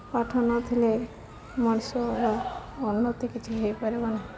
ପାଠ ନଥିଲେ ମଣିଷର ଉନ୍ନତି କିଛି ହୋଇପାରିବ ନାହିଁ